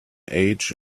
age